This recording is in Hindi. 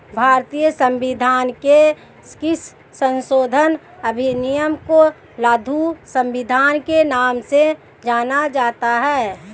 भारतीय संविधान के किस संशोधन अधिनियम को लघु संविधान के नाम से जाना जाता है?